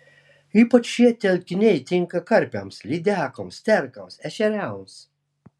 ypač šie telkiniai tinka karpiams lydekoms sterkams ešeriams